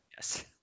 yes